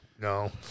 No